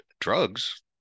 drugs